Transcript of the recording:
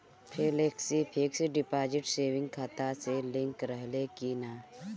Flexi fix deposit saving खाता से link रहले कि ना?